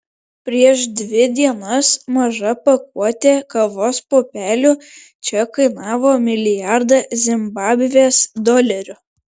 prieš dvi dienas maža pakuotė kavos pupelių čia kainavo milijardą zimbabvės dolerių